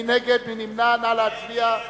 ההסתייגות של קבוצת סיעת קדימה,